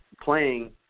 playing